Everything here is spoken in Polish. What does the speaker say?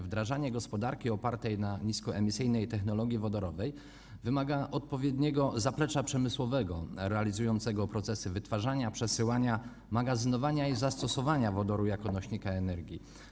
Wdrażanie gospodarki opartej na niskoemisyjnej technologii wodorowej wymaga odpowiedniego zaplecza przemysłowego realizującego procesy wytwarzania, przesyłania, magazynowania i zastosowania wodoru jako nośnika energii.